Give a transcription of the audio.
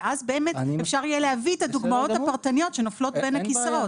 ואז אפשר יהיה להביא את הדוגמאות הפרטניות שנופלות בין הכיסאות.